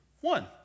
One